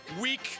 Week